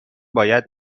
باید